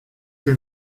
que